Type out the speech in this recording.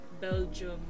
belgium